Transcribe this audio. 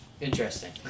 interesting